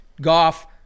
Goff